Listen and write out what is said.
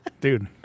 Dude